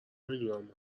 میدونم